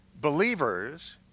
believers